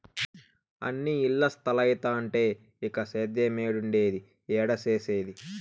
అన్నీ ఇల్ల స్తలాలైతంటే ఇంక సేద్యేమేడుండేది, ఏడ సేసేది